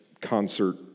concert